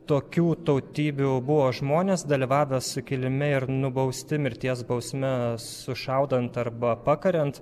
tokių tautybių buvo žmonės dalyvavę sukilime ir nubausti mirties bausme sušaudant arba pakariant